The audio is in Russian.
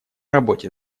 работе